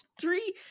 Three